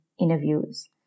interviews